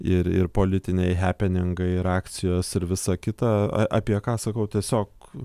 ir ir politiniai hepeningai ir akcijos ir visa kita apie ką sakau tiesiog